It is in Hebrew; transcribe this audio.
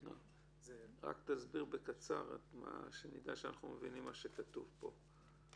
רק תסבירי בקצרה שנדע שאנחנו מבינים מה כתוב פה.